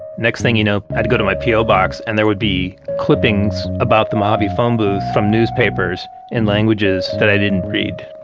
next thing you know, i had to go to my p o. box and there would be clippings about the lobby phone booth from newspapers in languages that i didn't read.